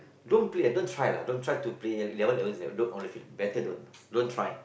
don't play ah don't try lah don't try to play eleven against eleven don't on the field better don't don't try